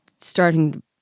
starting